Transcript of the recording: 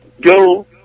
go